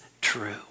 true